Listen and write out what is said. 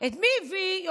אל תסתכלי עליה, תשמעי לי,